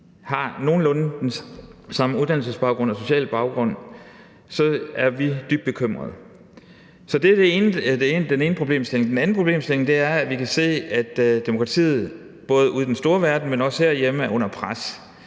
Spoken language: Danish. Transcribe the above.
har nogenlunde den samme uddannelsesbaggrund og sociale baggrund, gør os dybt bekymret. Den tredje problemstilling er, at vi kan se, at demokratiet både ude i den store verden, men også herhjemme er under pres.